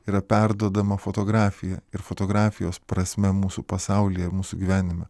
yra perduodama fotografija ir fotografijos prasme mūsų pasaulyje mūsų gyvenime